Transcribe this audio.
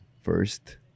first